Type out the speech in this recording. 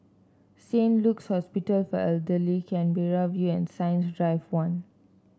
Saint Luke's Hospital for Elderly Canberra View Science Drive One